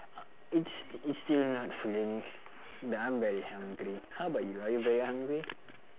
it's it's still not filling now I'm very hungry how about you are you very hungry